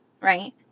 right